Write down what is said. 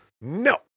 No